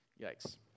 Yikes